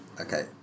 Okay